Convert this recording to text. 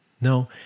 No